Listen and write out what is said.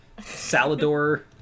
Salador